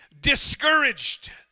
discouraged